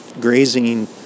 grazing